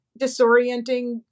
disorienting